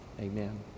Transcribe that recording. Amen